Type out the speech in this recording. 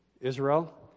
Israel